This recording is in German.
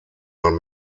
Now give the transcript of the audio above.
man